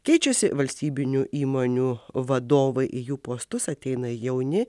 keičiasi valstybinių įmonių vadovai į jų postus ateina jauni